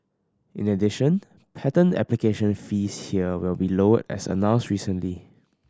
in addition patent application fees here will be lowered as announced recently